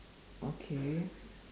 okay